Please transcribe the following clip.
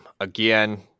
Again